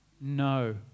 No